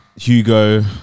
Hugo